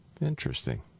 Interesting